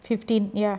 fifteen ya